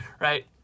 right